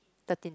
thirteen